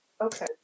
okay